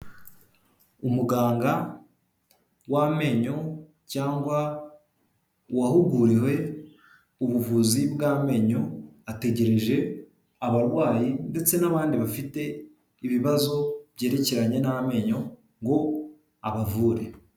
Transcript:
Umuganga w'amenyo cyangwa uwahuguriwe ubuvuzi bw'amenyo, ategereje abarwayi ndetse n'abandi bafite ibibazo byerekeranye n'amenyo ngo abavure.